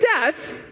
death